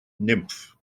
nymff